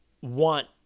want